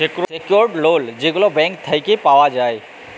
secured loan যেগলা bank থ্যাইকে পাউয়া যায়